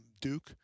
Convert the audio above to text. Duke